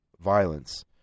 violence